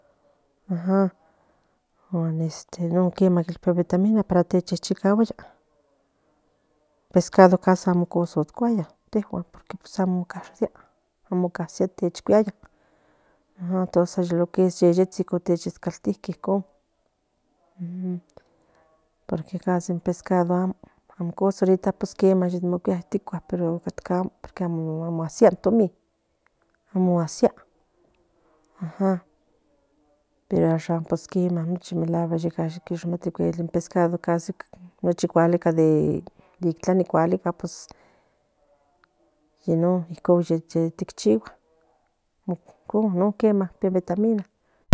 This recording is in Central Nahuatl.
Guan non kema vitamina para chichiguaya casi amo cus in cuaya porque amo casia porque lo que es yeyetsin ne checaltilque icon porque in pescado amo cosa porque catca amo amo asia in tomin ajam pero ashan quema in pescado cualica itlani yenon ni chigua non quema pía vitamina